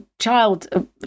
child